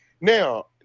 Now